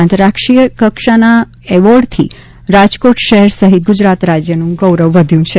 આંતરરાષ્ટ્રીય કક્ષાના એવોર્ડથી રાજકોટ શહેર સહિત ગુજરાત રાજ્યનું ગૌરવ વધ્યું છે